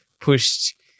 pushed